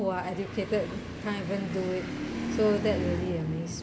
who are educated can't even do it so that will be amazed